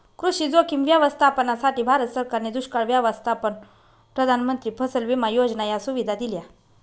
कृषी जोखीम व्यवस्थापनासाठी, भारत सरकारने दुष्काळ व्यवस्थापन, प्रधानमंत्री फसल विमा योजना या सुविधा दिल्या